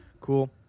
cool